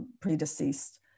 predeceased